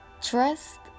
Trust